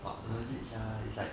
what it's like